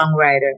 songwriter